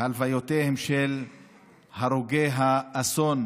הלוויותיהם של הרוגי האסון